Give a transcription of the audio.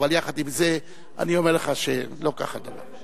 אבל יחד עם זה, אני אומר לך שלא כך הדבר.